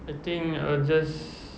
I think I'll just